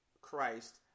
Christ